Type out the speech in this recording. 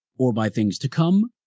or by things to come,